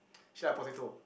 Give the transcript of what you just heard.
she like potato